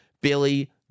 Billy